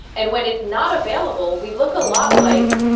and when it's not available, we look a lot like.